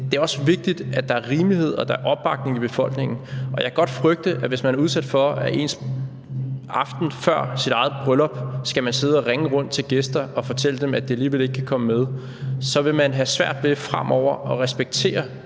det er også vigtigt, at der er rimelighed, og at der er opbakning i befolkningen. Jeg kan godt frygte, at hvis man er udsat for, at man aftenen før sit eget bryllup skal sidde og ringe rundt til gæster og fortælle dem, at de alligevel ikke kan komme med, så vil man have svært ved fremover at respektere